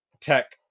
tech